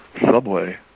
Subway